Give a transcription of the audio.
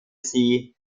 sie